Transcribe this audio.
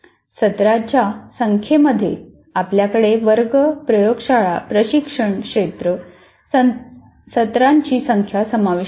सत्रांच्या संख्येमध्ये आपल्याकडे वर्ग प्रयोगशाळा प्रशिक्षण क्षेत्र सत्रांची संख्या समाविष्ट आहे